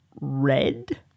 Red